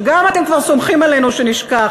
שגם אתם כבר אתם סומכים עלינו שנשכח,